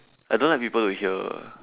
I don't like people to hear ah